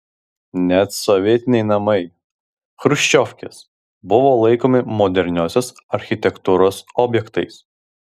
net sovietiniai namai chruščiovkės buvo laikomi moderniosios architektūros objektais